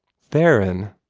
theron,